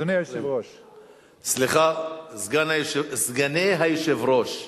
אדוני היושב-ראש, סליחה, סגני היושב-ראש,